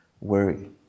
worry